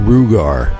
Rugar